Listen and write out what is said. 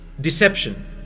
Deception